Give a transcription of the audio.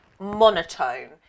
monotone